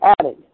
added